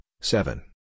seven